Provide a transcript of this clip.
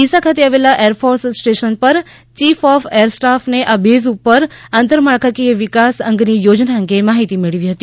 ડિસા ખાતે આવેલા air force station પર ચીફ ઓફ એર સ્ટાફને આ બેઝ ઉપર આંતરમાળખાકીય વિકાસ અંગની યોજના અંગે માહિતી મેળવી હતી